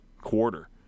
quarter